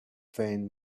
faint